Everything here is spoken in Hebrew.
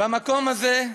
במקום הזה,